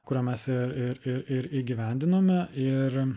kurią mes ir ir ir ir įgyvendinome ir